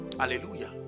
hallelujah